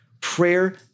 Prayer